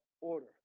order